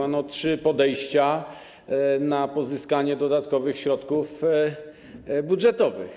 Ano trzy podejścia do pozyskania dodatkowych środków budżetowych.